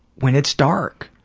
when it's dark.